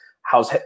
how's